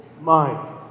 mind